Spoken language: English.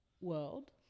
world